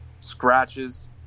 Scratches